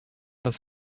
das